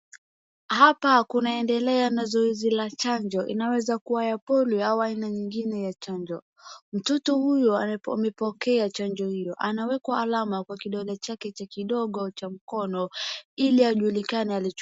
Hapa kunaendelea na zoezi la chanjo, inaweza kuwa ya polio au aina nyingine ya chanjo. Mtoto huyu amepokea chanjo hiyo, amewekwa alama kwa kidole chake cha kidogo cha mkono ili ajulikane alichukua.